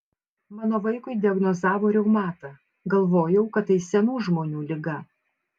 mano vaikui diagnozavo reumatą galvojau kad tai senų žmonių liga